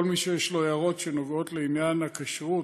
כל מי שיש לו הערות שנוגעות לעניין הכשרות,